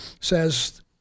says